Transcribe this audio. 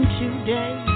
today